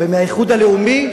ומהאיחוד הלאומי,